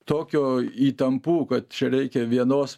tokio įtampų kad čia reikia vienos